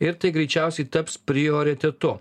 ir tai greičiausiai taps prioritetu